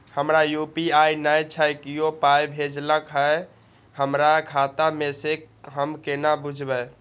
हमरा यू.पी.आई नय छै कियो पाय भेजलक यै हमरा खाता मे से हम केना बुझबै?